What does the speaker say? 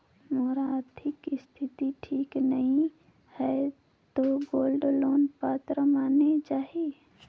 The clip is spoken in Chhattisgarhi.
मोर आरथिक स्थिति ठीक नहीं है तो गोल्ड लोन पात्रता माने जाहि?